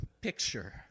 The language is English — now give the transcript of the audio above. Picture